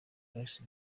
forex